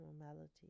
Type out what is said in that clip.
normality